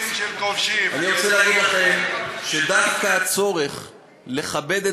אני רוצה להגיד לכם שדווקא הצורך לכבד את